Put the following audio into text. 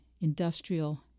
industrial